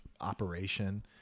operation